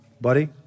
buddy